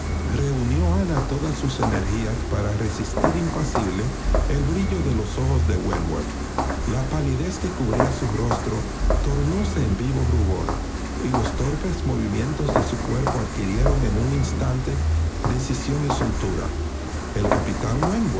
reunió ana todas sus energías f para resistir impasible el brillo de los ojos de wentworth la palidez que cubría su rostro tornóse en vivo rubor y los torpes movimientos de su cuerpo adquirieron en un instante decisión y soltura el capitán